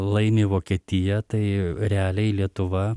laimi vokietija tai realiai lietuva